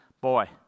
boy